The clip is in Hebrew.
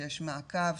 שיש מעקב,